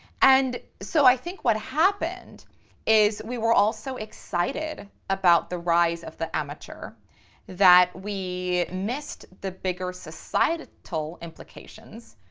and so i think what happened is we were all so excited about the rise of the amateur that we missed the bigger societal implications,